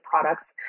products